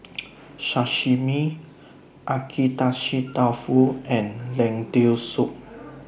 Sashimi Agedashi Dofu and Lentil Soup